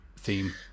Theme